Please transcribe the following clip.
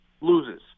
loses